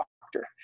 Doctor